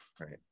right